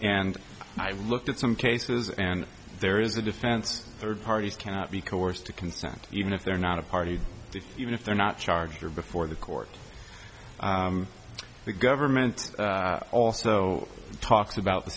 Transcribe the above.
and i looked at some cases and there is a defense third parties cannot be coerced to consent even if they're not a party even if they're not charged or before the court the government also talks about the